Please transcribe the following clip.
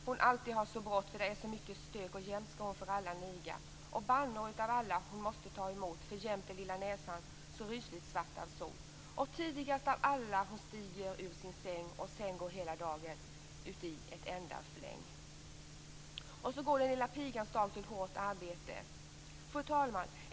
Hon alltid har så brått, för där finns så mycket stök, och jämt skall hon för alla niga. Och bannor utav alla hon måste ta emot för jämt är lilla näsan så rysligt svart av sot och tidigast av alla hon stiger ur sin säng, och sen går hela dagen lång uti ett enda fläng. Och så går den lilla pigans dag till hårt arbete. Fru talman!